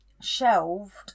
shelved